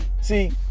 See